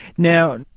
now,